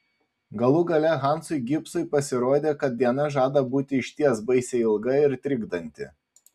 galų gale hansui gibsui pasirodė kad diena žada būti išties baisiai ilga ir trikdanti